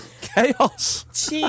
Chaos